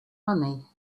money